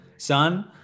son